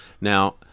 Now